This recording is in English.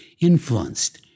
influenced